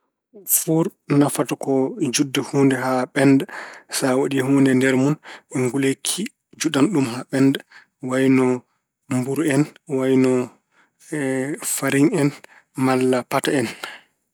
Fuur nafata ko juɗde huunde haa ɓennda. Sa waɗi huunde e nder mun, nguleeki ki juɗan ɗum haa ɓennda ko wayno mburu en, wayno e fariŋ en malla pate en.